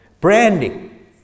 Branding